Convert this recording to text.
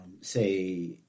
say